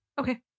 okay